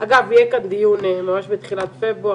ואגב יהיה כאן דיון ממש בתחילת פברואר